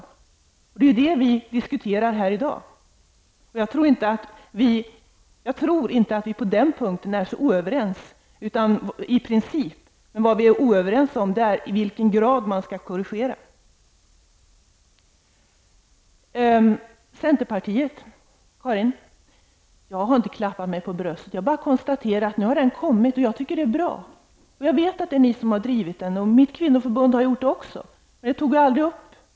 Det är ju det som vi diskuterar här i dag. Jag tror inte att vi på den punkten är så oense i princip, utan vad vi är oense om är i vilken grad man skall korrigera. Till Karin Starrin i centerpartiet vill jag säga att jag inte har slagit mig för bröstet. Jag har bara konstaterat att ett förslag till hur en grön budget skall se ut har lagts fram och att jag tycker att det är bra. Jag vet att det är ni som har drivit detta, vilket mitt kvinnoförbund också har gjort. Men det tog jag aldrig upp.